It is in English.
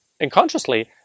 unconsciously